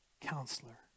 counselor